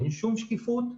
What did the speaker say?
אין שום שקיפות,